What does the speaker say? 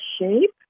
shape